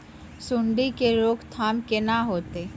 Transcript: सुंडी के रोकथाम केना होतै?